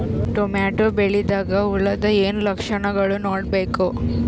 Tomato ಬೆಳಿದಾಗ್ ಹುಳದ ಏನ್ ಲಕ್ಷಣಗಳು ನೋಡ್ಬೇಕು?